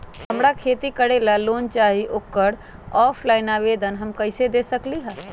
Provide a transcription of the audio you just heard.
हमरा खेती करेला लोन चाहि ओकर ऑफलाइन आवेदन हम कईसे दे सकलि ह?